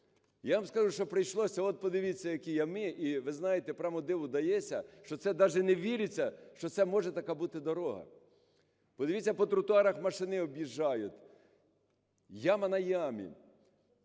Я вам скажу, що прийшлося… от подивіться, які ями. І, ви знаєте, пряму диву даєшся, що це даже не віриться, що це може така бути дорога. Подивіться, по тротуарах машини об'їжджають, яма на ямі.